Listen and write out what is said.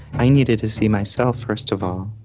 i needed to see myself, first of all,